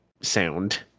sound